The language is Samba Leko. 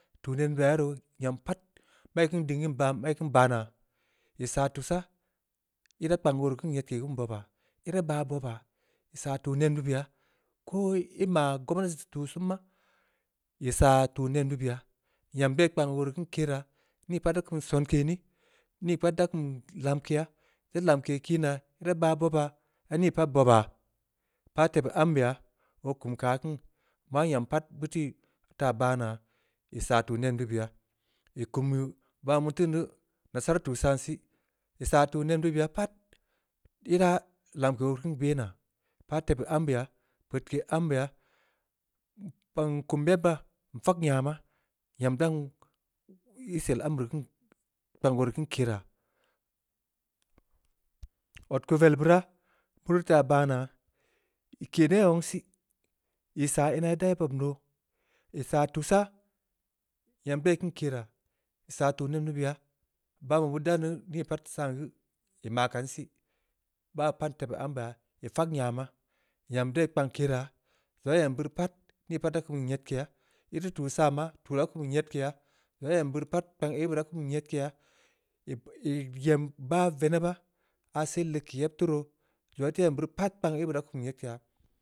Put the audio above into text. Tuu nenbe ya ye roo, nyam pat mai keun dingin baa naa, ii saa tussah, ii da kpang oo nyedke keun bobaa, ii da baa boo baa, ii saa tuu nen beu beya, ko ii maa gomnati tuu sen maa, ii saa tuu nen beu beya, nyam dai kpang oo rii keun keraa, nii pat da kum sonke ni, nii pat da kum lamkeya, ii da lamke kii naa, ii da baah bobaa, ii daa nii pat boba, npah tebeu ambeya, oo kum keu aah kiin, maa nyam pat beu teui taa baa naa, ii saa tuu nen beu beya, ii kum yi, babeh beun teu nassara tuu saan seu, ii saa tuu nen beu beya pat, ii da lamke oo rii keun be naa, npa tebue amabye, peudke ambeya, kapng nkum yebba, nfak nyama, nyam dan issel amabe reu kpank oo da keun kera, odkuvel beuraa, beuri taa baa naa, ii ke neh wong sih, ii sa ina ii daa bob doo, ii saa tuu saa, nyam dai keun kera, ii saa tuu nen beu beya, ban be beuni da ni pat saan geu, ii maa kan sii, ba pan tebeu ambeya, ii fag nyama, nyam dai kpank kere, zongha ii em beuri pat. ni pat da kum nyedkeya, ii teu tuu saan maa, tuu da kum nyedkeya, zong aah ii em beuri kpang aibe da kum nyedkeya, ii ii nyem bah veneba. aah se leg keu yeb taa roo, zong aah ii te em beurii pt kapng aibe da kum nyedkeya,